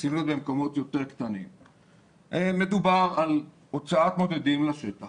עשינו את זה במקומות יותר קטנים מדובר על הוצאת מודדים לשטח